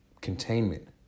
containment